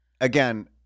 Again